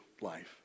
life